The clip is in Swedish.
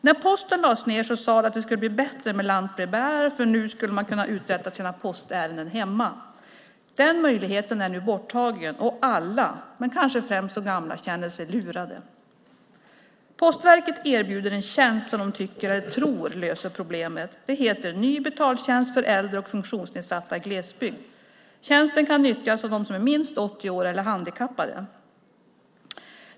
När posten lades ned sades det att det skulle bli bättre med lantbrevbärare, för nu skulle man kunna uträtta sina postärenden hemma. Den möjligheten är nu borttagen och alla, men kanske främst de gamla, känner sig lurade. Postverket erbjuder en tjänst som de tror löser problemet. Det heter Ny betaltjänst för äldre och funktionsnedsatta i glesbygd. Tjänsten kan nyttjas av dem som är minst 80 år eller handikappade.